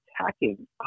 attacking